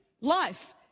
life